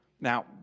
Now